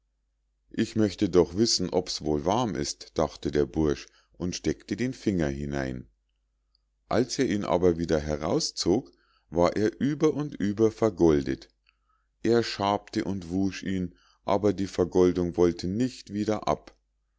ich möchte doch wissen ob's wohl warm ist dachte der bursch und steckte den finger hinein als er ihn aber wieder herauszog war er über und über vergoldet er schabte und wusch ihn aber die vergoldung wollte nicht wieder ab